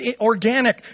organic